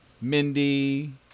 Mindy